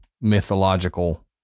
mythological